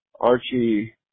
Archie